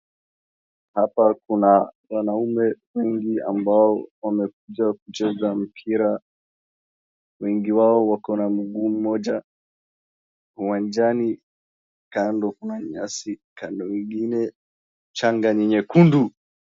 Hapa kuna wanaume wengi ambao wamekuja kucheza mpira, wengi wao wako na mguu mmoja, uwanjani kando kuna nyasi kando ingine mchanga ni nyekundu.